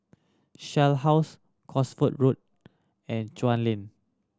Shell House Cosford Road and Chuan Lane